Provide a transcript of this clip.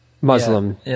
Muslim